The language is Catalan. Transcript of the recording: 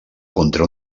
contra